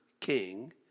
king